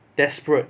desperate